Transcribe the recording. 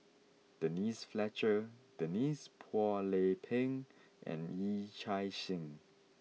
Denise Fletcher Denise Phua Lay Peng and Yee Chia Hsing